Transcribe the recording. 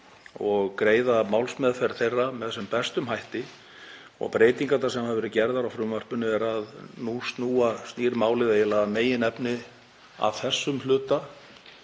og greiða málsmeðferð þeirra með sem bestum hætti. Breytingarnar sem hafa verið gerðar á frumvarpinu eru þær að nú snýr málið eiginlega að meginefni að þessum hluta,